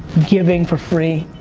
giving for free.